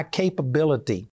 capability